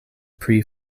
pre